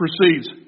proceeds